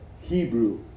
Hebrew